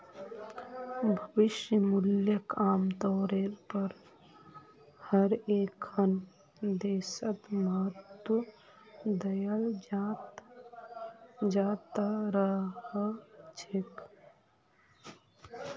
भविष्य मूल्यक आमतौरेर पर हर एकखन देशत महत्व दयाल जा त रह छेक